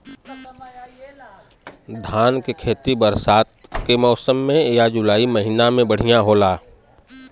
धान के खेती बरसात के मौसम या जुलाई महीना में बढ़ियां होला?